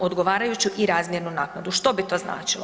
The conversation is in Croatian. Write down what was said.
Odgovarajuću i razmjernu naknadu, što bi to značilo?